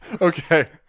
Okay